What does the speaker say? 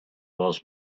was